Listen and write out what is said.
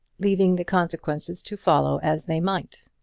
leaving the consequences to follow as they might.